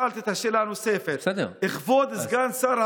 בנוסף לנושא התעבורתי והעומס הכבד במקום,